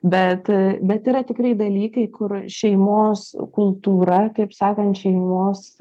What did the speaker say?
bet bet yra tikrai dalykai kur šeimos kultūra kaip sakant šeimos